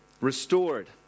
restored